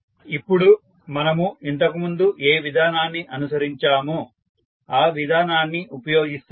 ఇప్పుడు మనము ఇంతకు ముందు ఏ విధానాన్ని అనుసరించామో ఆ విధానాన్ని ఉపయోగిస్తాము